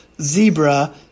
Zebra